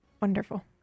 Wonderful